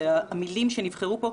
הוא לגבי המילים שנבחרו פה: